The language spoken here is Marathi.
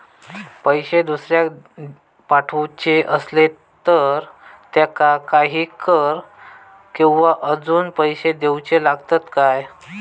पैशे दुसऱ्याक पाठवूचे आसले तर त्याका काही कर किवा अजून पैशे देऊचे लागतत काय?